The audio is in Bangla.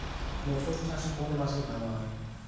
মটর চাষ কোন মাসে ভালো হয়?